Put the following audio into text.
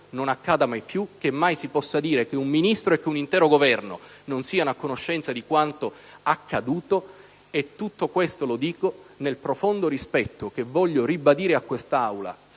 non accada mai più e che mai si possa dire che un Ministro e un intero Governo non siano a conoscenza di quanto accaduto. Tutto questo lo dico nel profondo rispetto, che voglio ribadire a questa